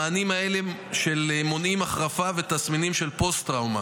המענים האלה מונעים החרפה ותסמינים של פוסט-טראומה.